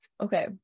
okay